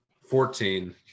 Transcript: fourteen